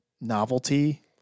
novelty